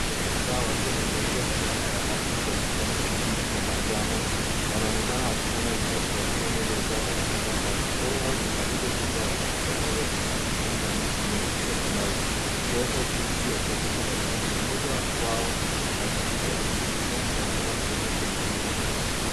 Wanaume kadhaa wakiwa wamevalia fulana ya rangi ya kijani kibichi, na manjano wanaonekana wakifanya usafi katika eneo lililojaa takataka chafu .Mbele yao kuna rundo kubwa la takataka, lililokusanya chini ya miti mirefu ya minazi, ikionyesha juhudi za kusafisha mazingira. Mmoja wao anajikunja akichukua takataka kutoka kwenye rundo.